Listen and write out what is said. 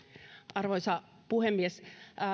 arvoisa puhemies